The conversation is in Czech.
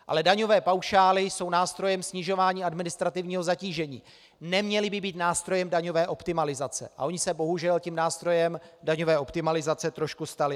Ale daňové paušály jsou nástrojem snižování administrativního zatížení, neměly by být nástrojem daňové optimalizace, a ony se bohužel tím nástrojem daňové optimalizace trošku staly.